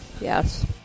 Yes